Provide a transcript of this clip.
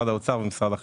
משרד האוצר ומשרד החינוך.